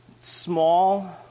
small